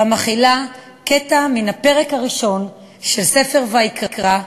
המכילה קטע מן הפרק הראשון של ספר ויקרא,